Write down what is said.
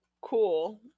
cool